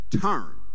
Turn